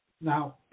Now